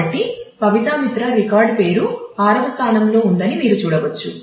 కాబట్టి పబిత్రా మిత్రా రికార్డు పేరు 6 వ స్థానంలో ఉందని మీరు చూడవచ్చు